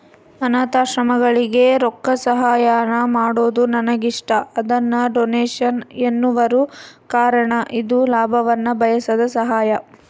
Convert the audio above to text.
ಅನಾಥಾಶ್ರಮಗಳಿಗೆ ರೊಕ್ಕಸಹಾಯಾನ ಮಾಡೊದು ನನಗಿಷ್ಟ, ಅದನ್ನ ಡೊನೇಷನ್ ಎನ್ನುವರು ಕಾರಣ ಇದು ಲಾಭವನ್ನ ಬಯಸದ ಸಹಾಯ